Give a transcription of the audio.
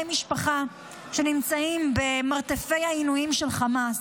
משפחה שנמצאים במרתפי העינויים של החמאס.